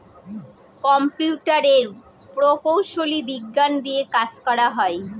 কম্পিউটারের প্রকৌশলী বিজ্ঞান দিয়ে কাজ করা হয়